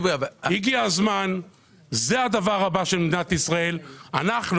הגיע הזמן וזה הדבר הבא שמדינת ישראל צריכה ללכת אליו.